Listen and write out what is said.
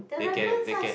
they can they can